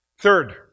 Third